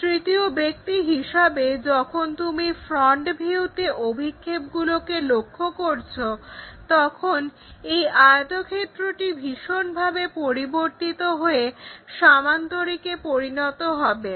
তৃতীয় ব্যক্তি হিসাবে যখন তুমি ফ্রন্ট ভিউতে অভিক্ষেপকে লক্ষ্য করছো তখন এই আয়তক্ষেত্রটি ভীষণ ভাবে পরিবর্তিত হয়ে সামান্তরিকে পরিণত হবে